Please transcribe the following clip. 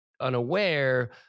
unaware